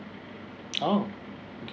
!ow!